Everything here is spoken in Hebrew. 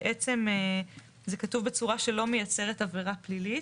בעצם זה כתוב בצורה שלא מייצרת עבירה פלילית,